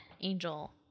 Angel